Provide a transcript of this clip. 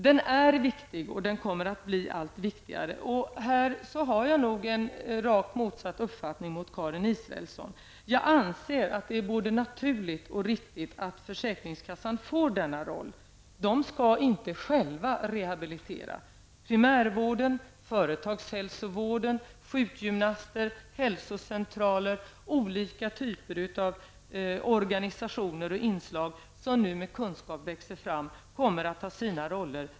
Den är viktig och den kommer att bli allt viktigare. Här har jag en rakt motsatt uppfattning mot Karin Israelssons. Jag anser att det är både naturligt och riktigt att försäkringskassan får denna roll. Försäkringskassan skall inte själv rehabilitera. Primärvården, företagshälsovården, sjukgymnaster, hälsocentraler och olika typer av organisationer, som nu växer fram och har kunskap, kommer att ha sina roller.